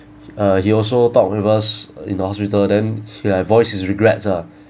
uh he also talk with us in the hospital then he like voice his regrets ah